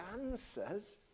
answers